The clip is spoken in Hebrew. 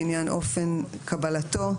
לעניין אופן קבלתו.